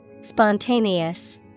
Spontaneous